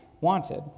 wanted